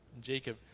Jacob